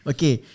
Okay